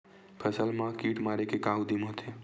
फसल मा कीट मारे के का उदिम होथे?